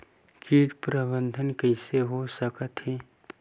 कीट प्रबंधन कइसे हो सकथे?